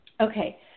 Okay